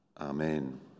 Amen